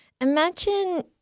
imagine